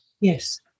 Yes